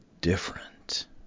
different